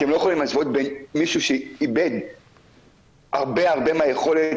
אתם לא יכולים להשוות בין מישהו שאיבד הרבה הרבה מהיכולת